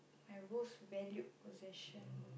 my most valued possession